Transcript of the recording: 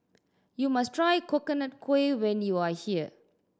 you must try Coconut Kuih when you are here